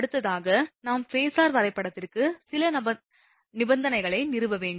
அடுத்ததாக நாம் ஃபேஸர் வரைபடத்திற்கு சில நிபந்தனைகளை நிறுவ வேண்டும்